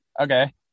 Okay